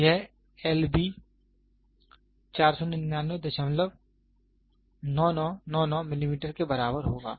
तो यह L B 4999999 millimetre के बराबर होगा